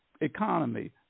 economy